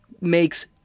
makes